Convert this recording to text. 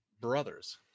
brothers